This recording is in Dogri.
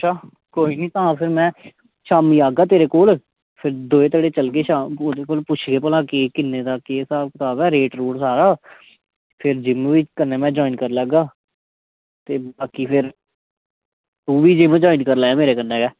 अच्छा तां फिर पता निं में शामीं आह्गा तेरे कोल दौ जनें चलगे ते पुच्छगे की भला केह् केह् जिम दा केह् स्हाब कताब ऐ रेट सारा ते फिर जिम बी कन्नै में ज्वाईन करी लैगा ते बाकी फिर तू बी जिम ज्वाईन करी लैयां मेरे कन्नै गै